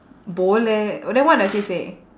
bo leh oh then what does it say